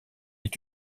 est